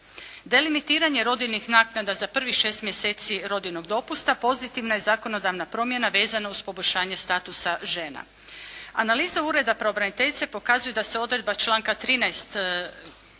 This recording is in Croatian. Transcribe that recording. Delimitiranje rodiljnih naknada za prvih 6 mjeseci rodiljnog dopusta, pozitivna je zakonodavna promjena vezana uz poboljšanje statusa žena. Analiza ureda pravobraniteljice pokazuje da se odredba članka 13.